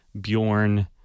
Bjorn